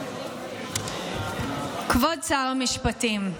כבוד שר המשפטים,